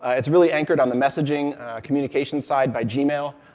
it's really anchored on the messaging communications side by gmail,